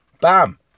BAM